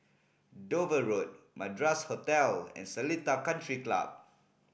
Dover Road Madras Hotel and Seletar Country Club